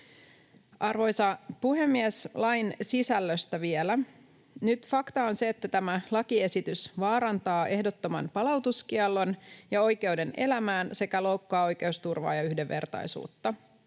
Arvoisa puhemies! Lain sisällöstä vielä. Nyt fakta on se, että tämä lakiesitys vaarantaa ehdottoman palautuskiellon ja oikeuden elämään sekä loukkaa oikeusturvaa ja yhdenvertaisuutta.